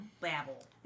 Babble